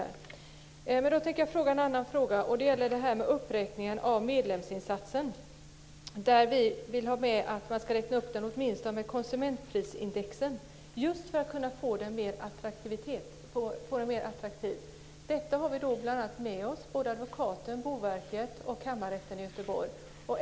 Jag har en fråga angående uppräkningen av medlemsinsatsen. Vi vill att den ska räknas upp i nivå med konsumentprisindex just för att den ska bli mer attraktiv. Detta har vi med oss från advokaten, Boverket och Kammarrätten i Göteborg.